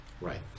Right